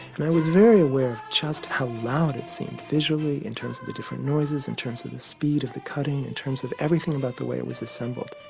and i was very aware of just how loud it seemed, visually in terms of the different noises, in terms of the speed of the cutting, in terms of everything about the way it was assembled.